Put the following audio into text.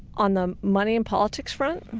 on the money and politics front,